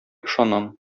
ышанам